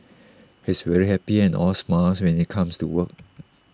he's very happy and all smiles when he comes to work